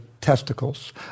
testicles